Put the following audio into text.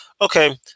okay